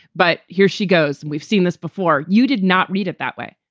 but here she goes. and we've seen this before. you did not read it that way?